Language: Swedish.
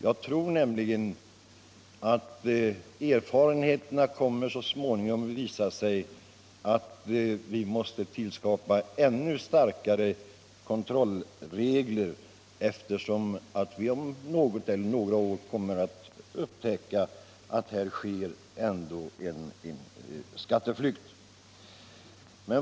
Jag tror nämligen att erfarenheterna så småningom kommer att visa att vi måste tillskapa ännu starkare kontrollregler, eftersom vi om något eller några år kommer att upptäcka att det här ändå sker en skatteflykt.